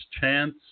chance